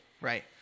Right